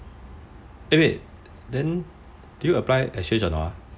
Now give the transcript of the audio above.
eh wait then did you apply exchange or not ah